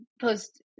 post